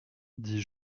dit